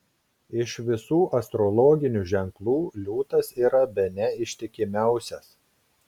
iš visų astrologinių ženklų liūtas yra bene ištikimiausias